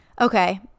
okay